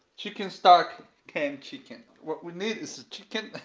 chicken stock can chicken. what we need is the chicken,